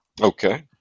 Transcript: Okay